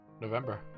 November